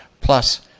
Plus